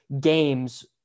games